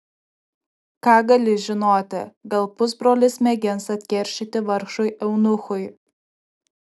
ką gali žinoti gal pusbrolis mėgins atkeršyti vargšui eunuchui